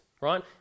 right